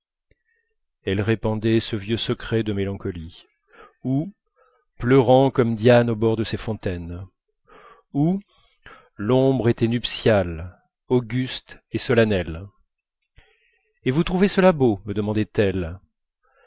elle répandait ce vieux secret de mélancolie ou pleurant comme diane au bord de ses fontaines ou l'ombre était nuptiale auguste et solennelle et vous trouvez cela beau me